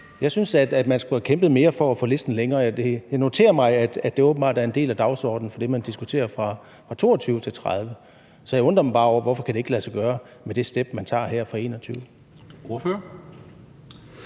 Jeg synes, at man skulle have kæmpet mere for at få listen længere. Jeg noterer mig, at det åbenbart er en del af dagsordenen for det, man diskuterer fra 2022-2030. Så jeg undrer mig bare over, hvorfor det ikke kan lade sig gøre med det step, man tager her fra 2021.